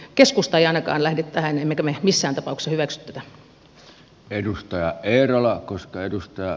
keskusta ei ainakaan lähde tähän emmekä me missään tapauksessa hyväksy tätä